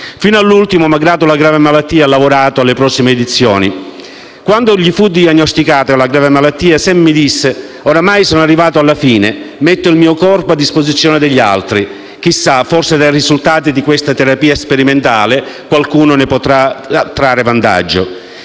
Fino all'ultimo, malgrado la grave malattia, ha lavorato alle prossime edizioni. Quando gli fu diagnosticata la grave malattia Sam mi disse: «Oramai sono arrivato alla fine, metto il mio corpo a disposizione degli altri. Chissà, forse dai risultati di questa terapia sperimentale qualcuno potrà trarre vantaggio».